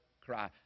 cry